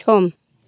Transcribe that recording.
सम